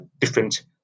different